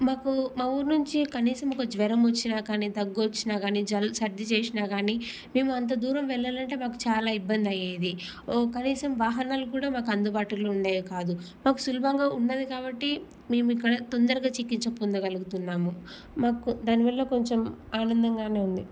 మాకు మా ఊరు నుంచి కనీసం ఒక జ్వరం వచ్చిన కానీ దగ్గు వచ్చినా గానీ జల్ సర్ది చేసినా గానీ మేము అంత దూరం వెళ్ళాలంటే మాకు చాలా ఇబ్బంది అయ్యేది ఓ కనీసం వాహనాలు కూడా మాకు అందుబాటులో ఉండేవి కాదు మాకు సులభంగా ఉన్నది కాబట్టి మేము ఇక్కడ తొందరగా చికిత్స పొందగలుగుతున్నాము మాకు దాని వల్ల కొంచెం ఆనందంగానే ఉంది